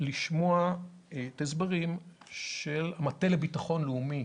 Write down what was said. לשמוע הסברים של המטה לביטחון לאומי,